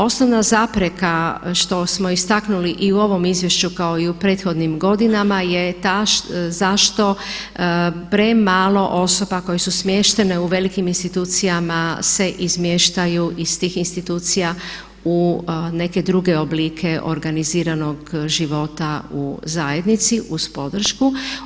Osnovna zapreka što smo istaknuli i u ovom izvješću kao i u prethodnim godinama je ta zašto premalo osoba koje su smještene u velikim institucijama se izmještaju iz tih institucija u neke druge oblike organiziranog života u zajednici uz podršku.